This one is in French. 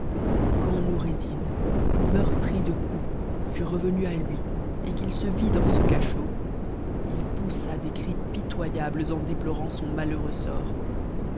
quand noureddin meurtri de coups fut revenu à lui et qu'h se vit dans ce cachot il poussa des cris pitoyables en déplorant son malheureux sort